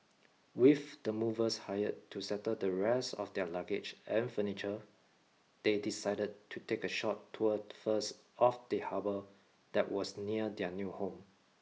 with the movers hired to settle the rest of their luggage and furniture they decided to take a short tour first of the harbour that was near their new home